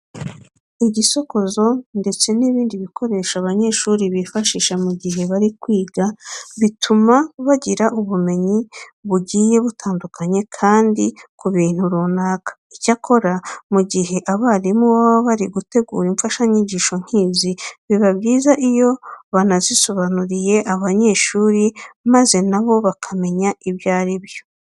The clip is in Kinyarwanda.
Igisokozo ndetse n'ibindi bikoresho abanyeshuri bifashisha mu gihe bari kwiga bituma bagira ubumenyi bugiye butandukanye kandi ku bintu runaka. Icyakora mu gihe abarimu baba bari gutegura imfashanyigisho nk'izi biba byiza iyo banazisobanuriye abanyeshuri maze na bo bakamenya ibyo ari byo.